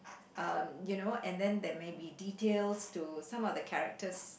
um you know and then there may be details to some of the characters